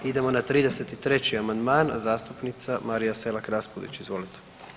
Idemo na 33. amandman, zastupnica Marija Selak Raspudić, izvolite.